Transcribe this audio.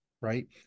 right